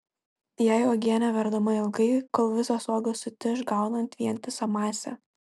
jei uogienė verdama ilgai kol visos uogos sutiš gaunant vientisą masę